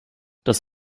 das